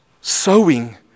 Sowing